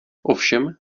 ovšem